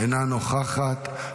אינה נוכחת,